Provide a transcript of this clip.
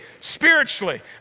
spiritually